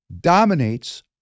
dominates